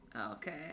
okay